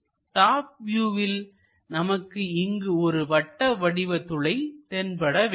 top வியூவில் நமக்கு இங்கு ஒரு வட்டவடிவ துளை தென்பட வேண்டும்